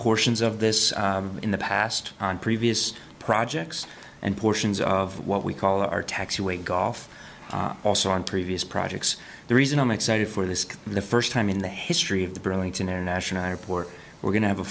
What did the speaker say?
portions of this in the past on previous projects and portions of what we call our taxiway golf also on previous projects the reason i'm excited for this the first time in the history of the burlington international airport we're going to have a